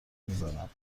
میزند